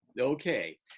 Okay